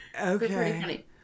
okay